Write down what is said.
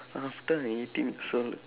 after I eating so